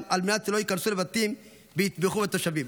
כדי שלא ייכנסו לבתים ויטבחו בתושבים.